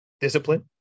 discipline